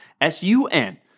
S-U-N